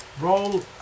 Roll